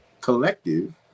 collective